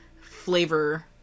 flavor